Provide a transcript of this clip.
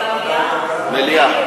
מליאה.